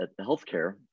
healthcare